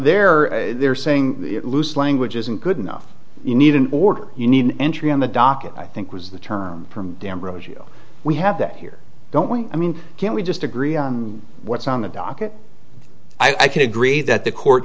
they're they're saying loose language isn't good enough you need an order you need an entry on the docket i think was the term we have that here don't we i mean can we just agree on what's on the docket i can agree that the court